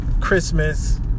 Christmas